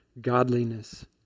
godliness